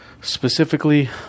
specifically